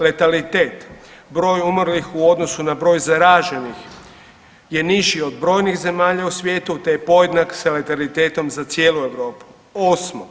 Letalitet broj umrlih u odnosu na broj zaraženih je niži od brojnih zemalja u svijetu, te je podjednak sa letalitetom za cijelu Europu.